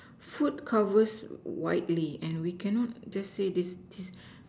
food covers widely we cannot just say this this